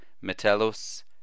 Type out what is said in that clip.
Metellus